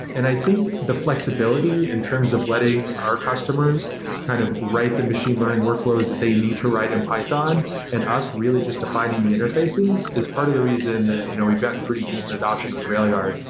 and i think the flexibility in terms of letting our customers kind of write the machine learning workflows that they need to write in python and us really just defining the interfaces is part of the reason that you know we've got pretty decent adaption with railyard,